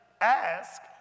ask